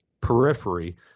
periphery